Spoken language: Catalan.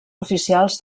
oficials